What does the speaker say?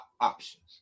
options